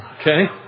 Okay